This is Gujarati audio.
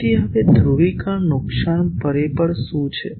તેથી હવે ધ્રુવીકરણ નુકશાન પરિબળ શું છે